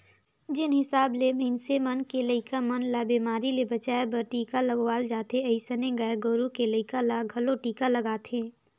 जेन हिसाब ले मनइसे मन के लइका मन ल बेमारी ले बचाय बर टीका लगवाल जाथे ओइसने गाय गोरु के लइका ल घलो टीका लगथे